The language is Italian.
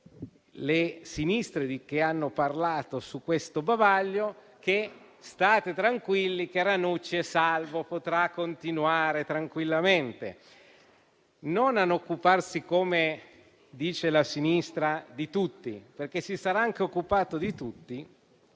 le sinistre che hanno parlato di questo bavaglio: state tranquilli, perché Ranucci è salvo e potrà continuare tranquillamente, non a occuparsi - come dice la sinistra - di tutti. Si sarà anche occupato di tutti,